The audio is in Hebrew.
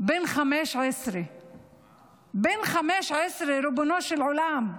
בן 15. בן 15, ריבונו של עולם,